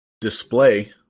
display